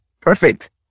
Perfect